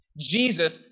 Jesus